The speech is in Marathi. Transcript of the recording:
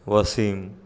वाशिम